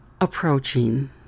approaching